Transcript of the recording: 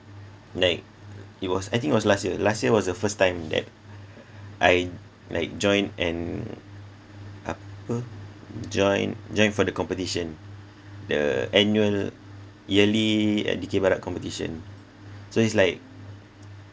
like it was I think was last year last year was the first time that I like join and apa join join for the competition the annual yearly uh dikir barat competition so it's like